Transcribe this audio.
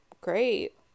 great